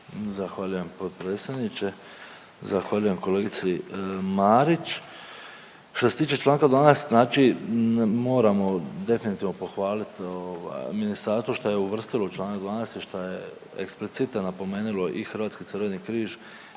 Zahvaljujem potpredsjedniče. Zahvaljujem kolegici Marić. Što se tiče Članka 12. znači moramo definitivno pohvaliti ovaj ministarstvo što je uvrstilo Članak 12. i što je eksplicite napomenulo i Hrvatski Crveni križ